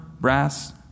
brass